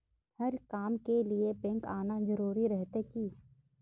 हर काम के लिए बैंक आना जरूरी रहते की?